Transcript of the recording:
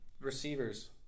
receivers